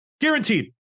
Guaranteed